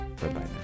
Bye-bye